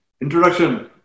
introduction